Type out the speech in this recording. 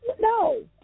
No